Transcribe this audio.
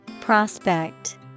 Prospect